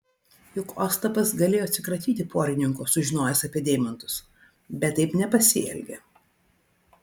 juk ostapas galėjo atsikratyti porininko sužinojęs apie deimantus bet taip nepasielgė